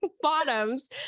bottoms